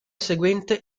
seguente